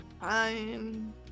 fine